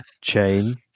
chain